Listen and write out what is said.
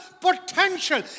potential